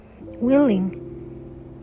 willing